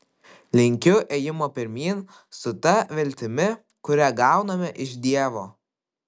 linkiu ėjimo pirmyn su ta viltimi kurią gauname iš dievo